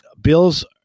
Bills